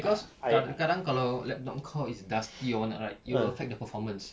cause kadang-kadang kalau laptop kau is dusty or whatnot right it will affect the performance